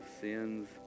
sins